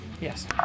Yes